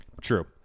True